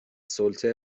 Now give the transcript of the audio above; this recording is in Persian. سلطه